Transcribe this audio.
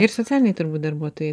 ir socialiniai turbūt darbuotojai